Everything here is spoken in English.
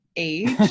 Age